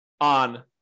on